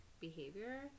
behavior